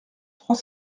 trois